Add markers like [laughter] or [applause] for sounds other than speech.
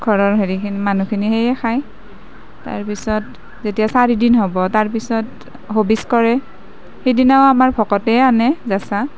ঘৰৰ হেৰিখিনি মানুহখিনিয়ে খায় তাৰপিছত যেতিয়া চাৰি দিন হ'ব তাৰপিছত ভবিছ কৰে সেইদিনাও আমাৰ ভকতেই আনে [unintelligible]